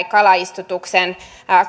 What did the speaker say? kalaistutuksen